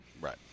right